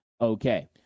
okay